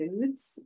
foods